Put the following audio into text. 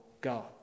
God